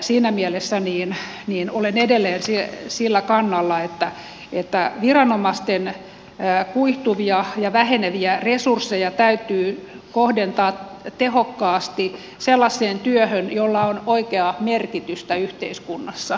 siinä mielessä olen edelleen sillä kannalla että viranomaisten kuihtuvia ja väheneviä resursseja täytyy kohdentaa tehokkaasti sellaiseen työhön jolla on oikeaa merkitystä yhteiskunnassa